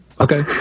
okay